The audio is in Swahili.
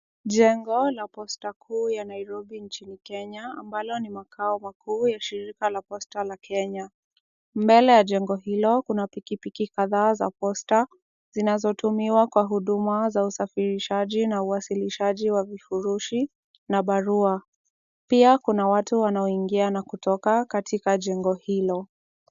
Jengo la posta kuu ya Nairobi nchini Kenya ambalo ni makao makuu ya shirika la posta la Kenya. Mbele ya jengo hilo, kuna pikipiki kadhaa za posta zinazotumiwa kwa huduma za usafirishaji na uwasilishaji wa vifurushi na barua, pia kuna watu wanaoingia na kutoka katika jengo hilo.